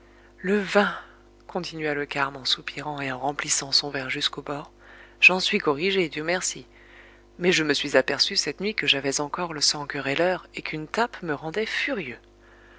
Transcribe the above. le vin continua le carme en soupirant et en remplissant son verre jusqu'aux bords j'en suis corrigé dieu merci mais je me suis aperçu cette nuit que j'avais encore le sang querelleur et qu'une tape me rendait furieux